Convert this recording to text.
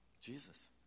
Jesus